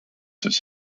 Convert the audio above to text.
his